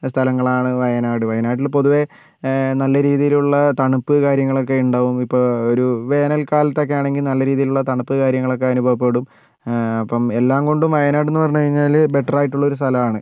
സ്ഥലങ്ങളാണ് വയനാട് വയനാട്ടിൽ പൊതുവേ നല്ല രീതിയിലുള്ള തണുപ്പും കാര്യങ്ങളൊക്കെ ഉണ്ടാവും ഇപ്പോൾ ഒരു വേനൽ കാലത്തൊക്കെ ആണെങ്കിൽ നല്ല രീതിയിലുള്ള തണുപ്പും കാര്യങ്ങളൊക്കെ അനുഭവപ്പെടും അപ്പം എല്ലാം കൊണ്ടും വയനാടെന്ന് പറഞ്ഞ് കഴിഞ്ഞാൽ ബെറ്റർ ആയിട്ടുള്ള ഒരു സ്ഥലമാണ്